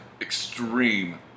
extreme